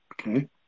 Okay